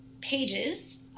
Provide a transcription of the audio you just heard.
pages